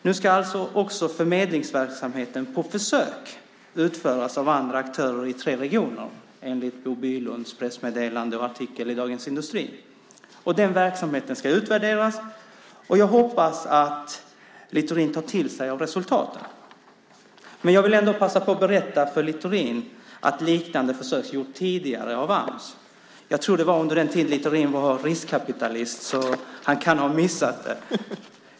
Nu ska alltså förmedlingsverksamheten på försök utföras av andra aktörer i tre regioner, enligt Bo Bylunds pressmeddelande och artikel i Dagens Industri. Och den verksamheten ska utvärderas. Jag hoppas att Littorin tar till sig av resultaten. Men jag vill ändå passa på att berätta för Littorin att liknande försök har gjorts tidigare av Ams. Jag tror att det var under den tid som Littorin var riskkapitalist, så han kan ha missat det.